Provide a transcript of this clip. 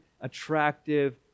attractive